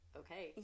okay